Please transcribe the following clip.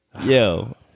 Yo